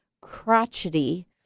crotchety